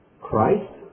Christ